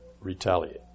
retaliate